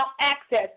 access